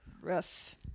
Rough